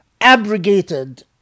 abrogated